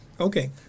Okay